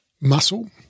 Muscle